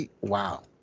Wow